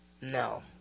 No